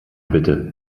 bitte